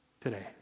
today